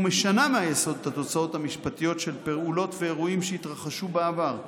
ומשנה מהיסוד את התוצאות המשפטיות של פעולות ואירועים שהתרחשו בעבר.